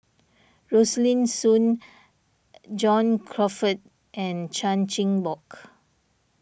Rosaline Soon John Crawfurd and Chan Chin Bock